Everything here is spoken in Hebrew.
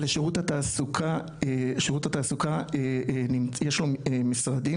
לשירות התעסוקה יש לו משרדים,